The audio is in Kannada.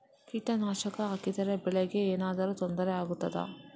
ಕೀಟನಾಶಕ ಹಾಕಿದರೆ ಬೆಳೆಗೆ ಏನಾದರೂ ತೊಂದರೆ ಆಗುತ್ತದಾ?